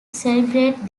celebrate